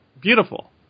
beautiful